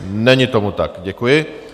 Není tomu tak, děkuji.